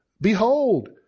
Behold